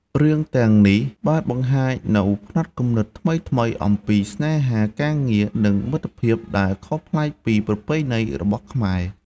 រឿងទាំងនោះបានបង្ហាញនូវផ្នត់គំនិតថ្មីៗអំពីស្នេហា ការងារ និងមិត្តភាពដែលខុសប្លែកពីប្រពៃណីរបស់ខ្មែរ។